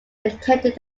attended